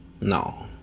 no